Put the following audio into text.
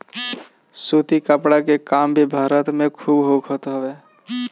सूती कपड़ा के काम भी भारत में खूब होखत हवे